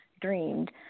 dreamed